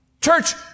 Church